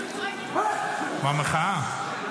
מה, מחאה?